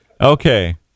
Okay